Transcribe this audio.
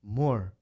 more